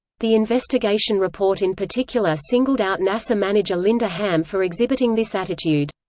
the investigation report in particular singled out nasa manager linda ham for exhibiting this attitude.